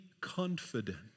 confident